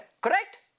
Correct